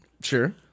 Sure